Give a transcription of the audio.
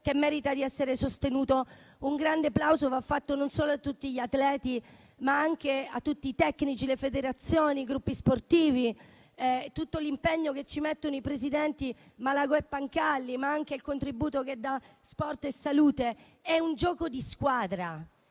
che merita invece di essere sostenuto. Un grande plauso va non solo a tutti gli atleti, ma anche a tutti i tecnici, alle federazioni, ai gruppi sportivi, all'impegno che ci mettono i presidenti Malagò e Pancalli, ma anche al contributo che dà l'azienda sport e salute. È un gioco di squadra: